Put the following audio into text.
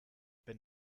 wenn